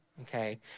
okay